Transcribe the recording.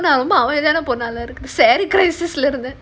நான் வந்து அவளாத்தான் போனாளா இருக்கும்:naan vandhu avalaathaan ponaalaa irukum